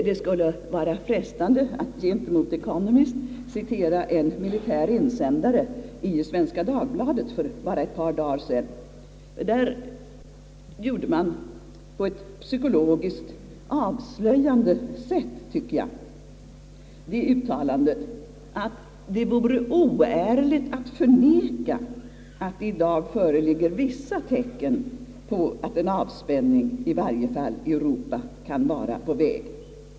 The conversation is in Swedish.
Det skulle vara frestande att gentemot Economist citera en militär insändare i Svenska Dagbladet för bara ett par dagar sedan, som på ett psykologiskt avslöjande sätt gjorde det uttalandet, att det vore »oärligt att förneka att det i dag föreligger vissa tecken på att en avspänning, i varje fall i Europa, kan vara på väg».